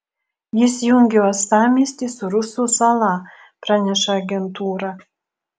jis jungia uostamiestį su rusų sala praneša agentūra